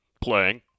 playing